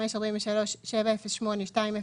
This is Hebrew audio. ו-85.43.70822"